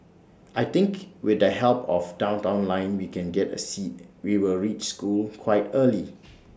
I think with the help of downtown line we can get A seat we'll reach school quite early